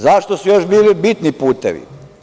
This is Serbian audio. Zašto su još bili bitni putevi?